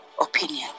opinion